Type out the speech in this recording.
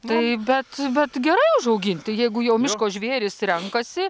tai bet bet gerai užauginti jeigu jau miško žvėrys renkasi